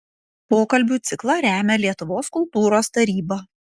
pokalbių ciklą remia lietuvos kultūros taryba